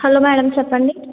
hello madam చెప్పండి